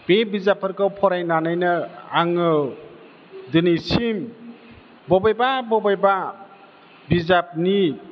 बे बिजाबफोरखौ फरायनानैनो आङो दिनैसिम बबेबा बबेबा बिजाबनि